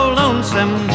lonesome